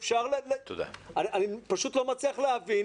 אני פשוט לא מצליח להבין,